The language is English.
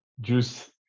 juice